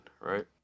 right